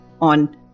on